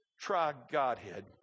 tri-Godhead